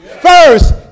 First